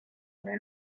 una